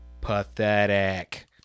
pathetic